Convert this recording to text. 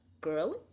girly